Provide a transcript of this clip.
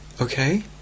Okay